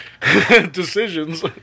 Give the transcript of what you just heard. decisions